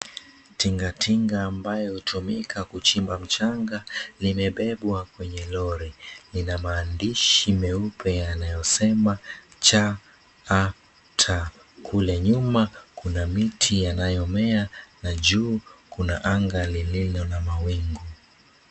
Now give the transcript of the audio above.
Tingatinga ambayo hutumika kuchimba mchanga limebebwa kwenye lori lina mandishi meupe yanayosema, CAT kule nyuma kuna miti yanayomea na juu kuna anga lililo na mawingu.